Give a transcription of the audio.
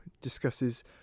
discusses